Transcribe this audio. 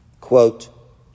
quote